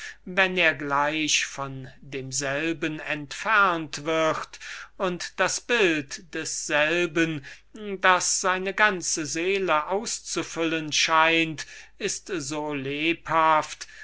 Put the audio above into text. wenn er gleich von demselben entfernt wird und das bild desselben das seine ganze seele auszufüllen scheint ist so lebhaft